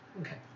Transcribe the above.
Okay